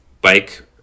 bike